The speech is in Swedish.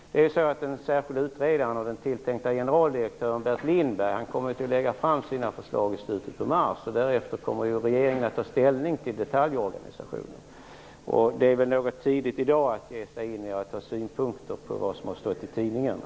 Den särskilda utredaren och tilltänkta generaldirektören Bert Lindberg kommer att lägga fram sina förslag i slutet av mars. Därefter kommer regeringen att ta ställning till detaljorganisationen. Det är väl något tidigt i dag att ha synpunkter efter vad som har stått i tidningarna.